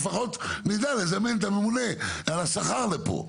לפחות נדע לזמן את הממונה על השכר לפה,